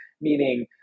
meaning